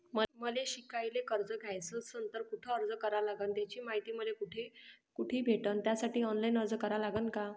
मले शिकायले कर्ज घ्याच असन तर कुठ अर्ज करा लागन त्याची मायती मले कुठी भेटन त्यासाठी ऑनलाईन अर्ज करा लागन का?